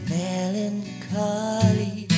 melancholy